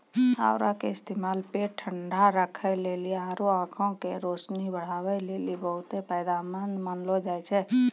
औरा के इस्तेमाल पेट ठंडा राखै लेली आरु आंख के रोशनी बढ़ाबै लेली बहुते फायदामंद मानलो जाय छै